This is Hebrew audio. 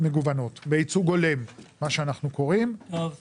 מגוונות, מה שאנחנו קוראים בייצוג הולם.